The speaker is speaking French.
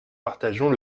partageons